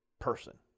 person